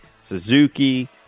Suzuki